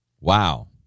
wow